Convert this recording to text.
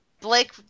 Blake